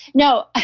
no, ah